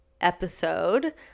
episode